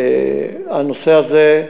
הנושא הזה,